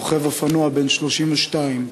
רוכב אופנוע בן 32,